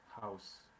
house